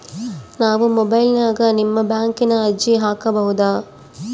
ನಾವು ಮೊಬೈಲಿನ್ಯಾಗ ನಿಮ್ಮ ಬ್ಯಾಂಕಿನ ಅರ್ಜಿ ಹಾಕೊಬಹುದಾ?